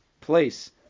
place